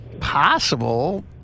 Possible